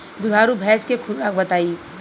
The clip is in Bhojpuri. दुधारू भैंस के खुराक बताई?